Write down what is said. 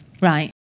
Right